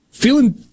Feeling